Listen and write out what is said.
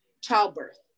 childbirth